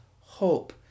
hope